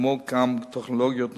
כמו גם טכנולוגיות נוספות,